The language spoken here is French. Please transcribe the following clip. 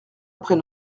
après